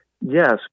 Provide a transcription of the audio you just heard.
Yes